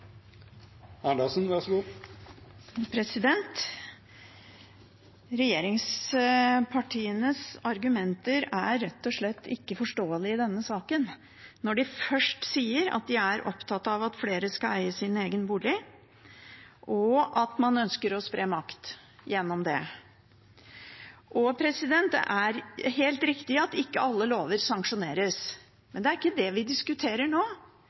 rett og slett ikke forståelige i denne saken når de først sier at de er opptatt av at flere skal eie sin egen bolig, og at man ønsker å spre makt gjennom det. Det er helt riktig at ikke alle lover sanksjoneres, men det er ikke det vi diskuterer nå.